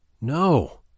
No